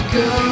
go